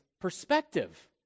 perspective